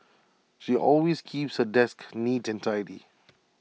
she always keeps her desk neat and tidy